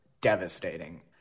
devastating